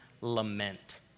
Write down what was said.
lament